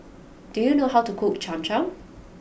do you know how to cook Cham Cham